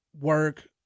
work